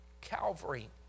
Calvary